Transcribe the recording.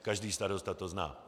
Každý starosta to zná.